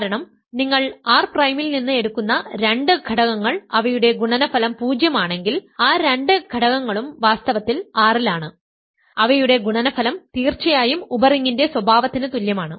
കാരണം നിങ്ങൾ R പ്രൈമിൽ നിന്ന് എടുക്കുന്ന രണ്ട് ഘടകങ്ങൾ അവയുടെ ഗുണനഫലം 0 ആണെങ്കിൽ ആ രണ്ട് ഘടകങ്ങളും വാസ്തവത്തിൽ R ൽ ആണ് അവയുടെ ഗുണനഫലം തീർച്ചയായും ഉപറിങ്ങിൻറെ സ്വഭാവത്തിന് തുല്യമാണ്